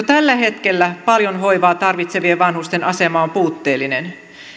tällä hetkellä paljon hoivaa tarvitsevien vanhusten asema on puutteellinen